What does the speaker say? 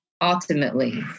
ultimately